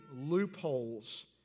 loopholes